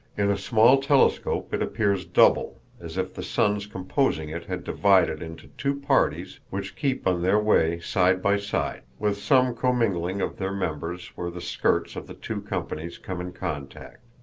in a small telescope it appears double, as if the suns composing it had divided into two parties which keep on their way side by side, with some commingling of their members where the skirts of the two companies come in contact.